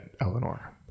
Eleanor